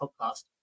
podcast